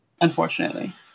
unfortunately